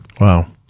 Wow